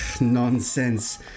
Nonsense